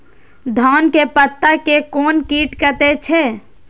धान के पत्ता के कोन कीट कटे छे?